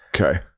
okay